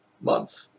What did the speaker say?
month